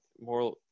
more